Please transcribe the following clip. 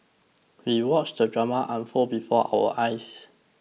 we watched the drama unfold before our eyes